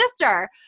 sister